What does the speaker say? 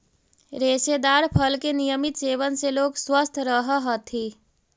रेशेदार फल के नियमित सेवन से लोग स्वस्थ रहऽ हथी